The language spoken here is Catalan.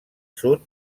sud